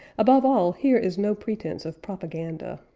above all here is no pretence of propaganda.